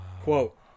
Quote